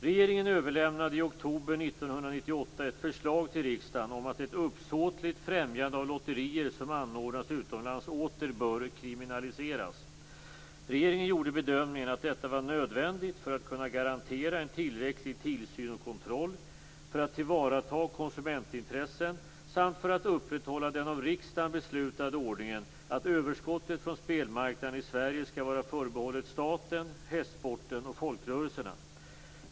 Regeringen överlämnade i oktober 1998 ett förslag till riksdagen om att ett uppsåtligt främjande av lotterier som anordnas utomlands åter bör kriminaliseras. Regeringen gjorde bedömningen att detta var nödvändigt för att kunna garantera en tillräcklig tillsyn och kontroll, för att tillvarata konsumentintressen samt för att upprätthålla den av riksdagen beslutade ordningen att överskottet från spelmarknaden i Sverige skall vara förbehållet staten, hästsporten och folkrörelserna.